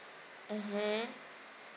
mmhmm